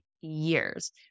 years